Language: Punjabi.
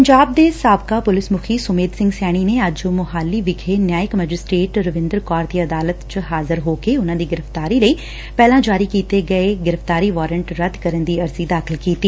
ਪੰਜਾਬ ਦੇ ਸਾਬਕਾ ਪੁਲਿਸ ਮੁੱਖੀ ਸੁਮੇਧ ਸਿੰਘ ਸੈਣੀ ਨੇ ਅੱਜ ਮੁਹਾਲੀ ਵਿਖੇ ਨਿਆਂਇਕ ਮੈਜਿਸਟਰੇਟ ਰਵਿੰਦਰ ਕੌਰ ਦੀ ਅਦਾਲਤ ਚ ਹਾਜ਼ਰ ਹੋ ਕੇ ਉਨੁਾਂ ਦੀ ਗ੍ਰਿਫ਼ਤਾਰੀ ਲਈ ਪਹਿਲਾਂ ਜਾਰੀ ਕੀਤੇ ਗਏ ਗ੍ਰਿਫ਼ਤਾਰੀ ਵਰੰਟ ਰੱਦ ਕਰਨ ਦੀ ਅਰਜ਼ੀ ਦਾਖ਼ਲ ਕੀਤੀ